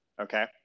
okay